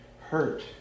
hurt